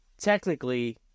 technically